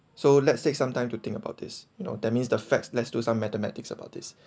so let's take some time to think about this you know that means the facts let's do some mathematics about this